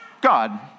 God